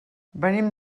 venim